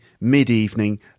mid-evening